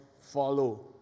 follow